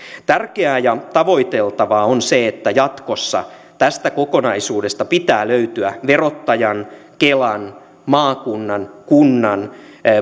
tärkeää ja tavoiteltavaa on se että jatkossa tästä kokonaisuudesta pitää löytyä verottajan kelan maakunnan kunnan